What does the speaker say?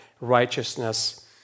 righteousness